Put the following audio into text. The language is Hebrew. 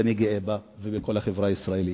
שאני גאה בה ובכל החברה הישראלית.